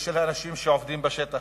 ושל האנשים שעובדים בשטח.